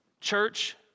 Church